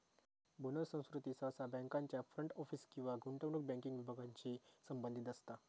bonus संस्कृती सहसा बँकांच्या फ्रंट ऑफिस किंवा गुंतवणूक बँकिंग विभागांशी संबंधित असता